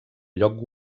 lloc